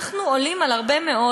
אנחנו עולים על הרבה מאוד,